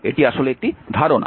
এটি আসলে একটি ধারণা